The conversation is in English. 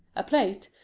a plate,